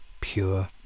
Pure